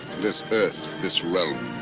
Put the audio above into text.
this earth, this realm,